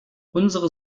unsere